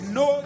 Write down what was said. no